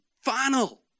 final